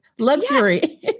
luxury